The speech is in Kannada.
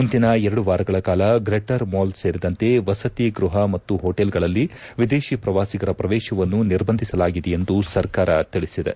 ಮುಂದಿನ ಎರಡು ವಾರಗಳ ಕಾಲ ಗ್ರೆಟರ್ ಮಾಲ್ ಸೇರಿದಂತೆ ವಸತಿ ಗೃಹ ಮತ್ತು ಹೋಟೆಲ್ಗಳಲ್ಲಿ ವಿದೇಶಿ ಪ್ರವಾಸಿಗರ ಪ್ರವೇಶವನ್ನು ನಿರ್ಬಂಧಿಸಲಾಗಿದೆ ಎಂದು ಸರ್ಕಾರ ತಿಳಿಸಿದೆ